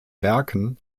werken